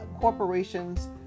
corporations